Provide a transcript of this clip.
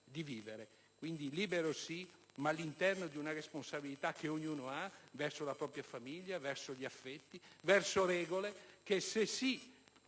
di vivere. Quindi, libero sì, ma all'interno di una responsabilità che ognuno ha verso la propria famiglia, verso gli affetti e verso regole che, se